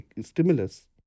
stimulus